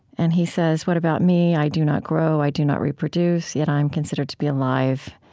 and he says, what about me? i do not grow. i do not reproduce. yet, i'm considered to be alive.